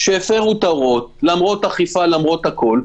שהפרו את ההוראות למרות אכיפה ולמרות הכול,